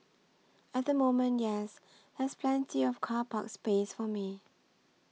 at the moment yes there's plenty of car park space for me